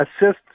assist